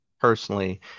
personally